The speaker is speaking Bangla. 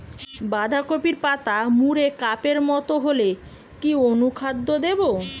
বাঁধাকপির পাতা মুড়ে কাপের মতো হলে কি অনুখাদ্য দেবো?